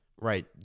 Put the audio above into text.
Right